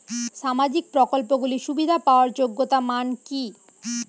সামাজিক প্রকল্পগুলি সুবিধা পাওয়ার যোগ্যতা মান কি?